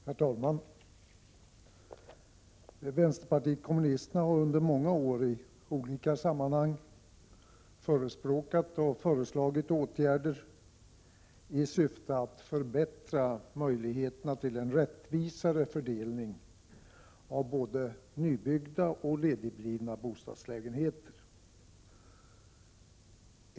Herr talman! Vänsterpartiet kommunisterna har under många år i olika sammanhang förespråkat och föreslagit åtgärder i syfte att förbättra möjligheterna till en rättvisare fördelning av både nybyggda och ledigblivna bostadslägenheter.